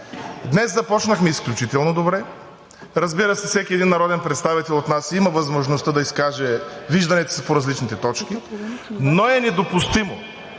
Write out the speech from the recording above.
Днес започнахме изключително добре. Разбира се, всеки един народен представител има възможността да изкаже вижданията си по различните точки, но е недопустимо